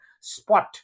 spot